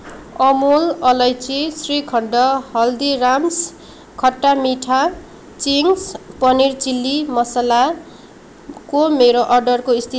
अमुल अलैँची श्रिखन्ड हल्दिराम्स् खट्टा मिठा चिङ्स पनिर चिल्ली मसलाको मेरो अर्डरको स्थिति के छ